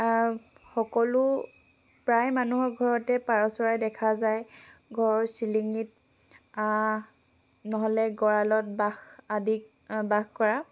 সকলো প্ৰায় মানুহৰ ঘৰতে পাৰ চৰাই দেখা যায় ঘৰৰ চিলিঙিত নহ'লে গঁৰালত বাস আদি বাস কৰা